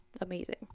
amazing